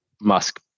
Musk